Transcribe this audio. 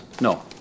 no